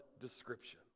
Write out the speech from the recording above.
description